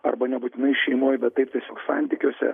arba nebūtinai šeimoj bet taip tiesiog santykiuose